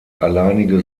alleinige